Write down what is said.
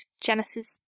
Genesis